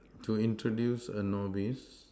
to introduce a novice